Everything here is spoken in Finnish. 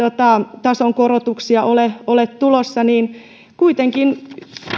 maksutason korotuksia ole ole tulossa niin kuitenkin